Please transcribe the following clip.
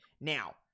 Now